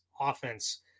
offense